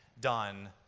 done